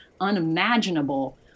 unimaginable